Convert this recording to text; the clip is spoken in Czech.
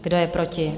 Kdo je proti?